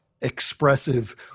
expressive